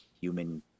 human